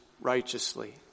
righteously